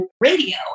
Radio